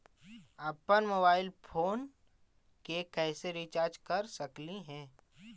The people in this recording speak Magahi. अप्पन मोबाईल फोन के कैसे रिचार्ज कर सकली हे?